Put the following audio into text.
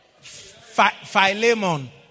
Philemon